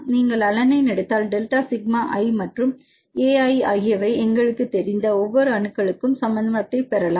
நீங்கள் அலனைன் எடுத்தால் டெல்டா சிக்மா i மற்றும் ai ஆகியவை எங்களுக்குத் தெரிந்த ஒவ்வொரு அணுக்களுக்கும் சமன்பாட்டை பெறலாம்